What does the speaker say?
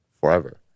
forever